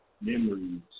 memories